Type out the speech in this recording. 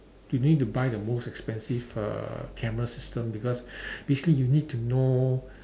you need to buy the most expensive uh camera system because basically you need to know